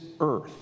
earth